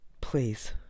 Please